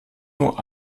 nur